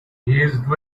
doing